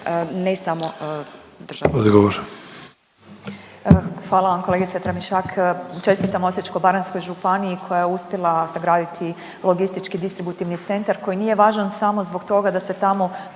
Marijana (Nezavisni)** Hvala vam kolegice Tramišak. Čestitam Osječko-baranjskoj županiji koja je uspjela sagraditi logistički distributivni centar koji nije važan samo zbog toga da se tamo